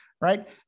right